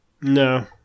No